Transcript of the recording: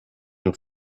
nur